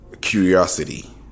curiosity